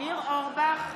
ניר אורבך,